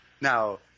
Now